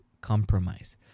compromise